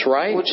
right